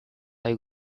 are